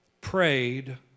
prayed